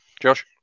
Josh